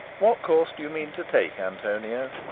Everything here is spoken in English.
what course do you mean to take, antonio?